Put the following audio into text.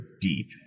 deep